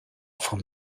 from